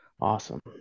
awesome